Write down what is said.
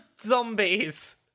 zombies